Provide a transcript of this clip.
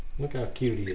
look how cute